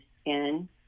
skin